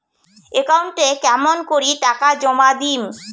একাউন্টে কেমন করি টাকা জমা দিম?